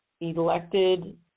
elected